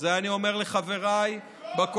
את זה אני אומר לחבריי בקואליציה.